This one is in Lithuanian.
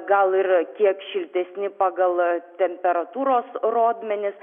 gal ir kiek šiltesni pagal temperatūros rodmenis